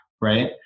Right